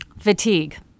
fatigue